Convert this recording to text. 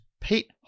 Pete